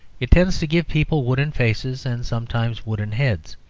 it tends to give people wooden faces and sometimes wooden heads.